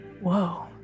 Whoa